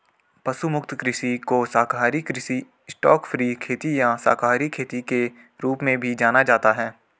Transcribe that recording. पशु मुक्त कृषि को शाकाहारी कृषि स्टॉकफ्री खेती या शाकाहारी खेती के रूप में भी जाना जाता है